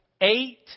Eight